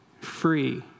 free